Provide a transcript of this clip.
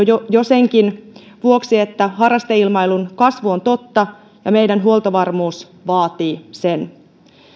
jo jo senkin vuoksi että harrasteilmailun kasvu on totta ja meidän huoltovarmuutemme vaatii sen